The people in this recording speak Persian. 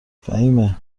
فهیمه